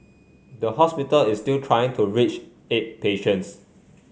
the hospital is still trying to reach eight patients